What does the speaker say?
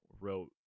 wrote